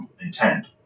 intent